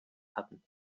hatten